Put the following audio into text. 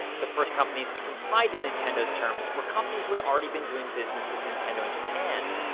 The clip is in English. the first companies to comply to nintendo's terms were companies who had already been doing business with nintendo in japan,